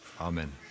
Amen